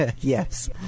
Yes